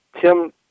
Tim